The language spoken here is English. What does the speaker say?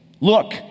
look